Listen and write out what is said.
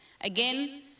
again